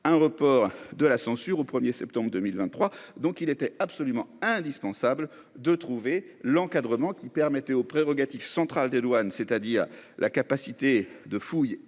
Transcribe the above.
un report de la censure au 1er septembre 2023. Donc il était absolument indispensable de trouver l'encadrement qui permettait aux prérogatives central des douanes, c'est-à-dire la capacité de fouilles et